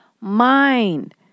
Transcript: mind